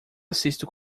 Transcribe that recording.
assisto